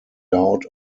doubt